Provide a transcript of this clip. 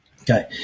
okay